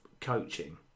coaching